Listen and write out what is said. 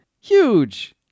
huge